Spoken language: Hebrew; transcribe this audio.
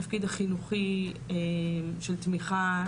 התפקיד החינוכי של תמיכה,